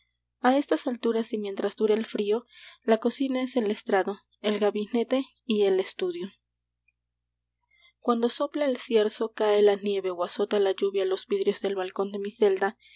á estas alturas y mientras dura el frío la cocina es el estrado el gabinete y el estudio cuando sopla el cierzo cae la nieve ó azota la lluvia los vidrios del balcón de mi celda